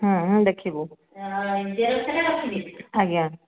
ଆମେ ଦେଖିବି ଆଜ୍ଞା